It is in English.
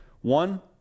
One